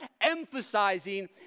Emphasizing